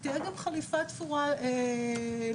תהיה גם חליפה תפורה ללקוח.